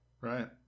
Right